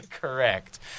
Correct